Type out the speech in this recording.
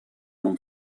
non